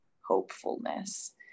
hopefulness